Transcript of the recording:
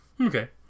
Okay